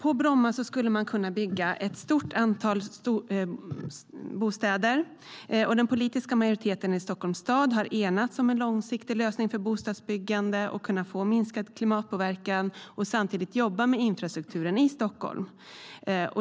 Där skulle man kunna bygga ett stort antal bostäder. Den politiska majoriteten har enats om en långsiktig lösning för bostadsbyggande för att kunna få minskad klimatpåverkan samtidigt som man jobbar med infrastrukturen i Stockholm.